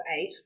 eight